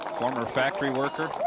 former factory worker.